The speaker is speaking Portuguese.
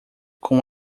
com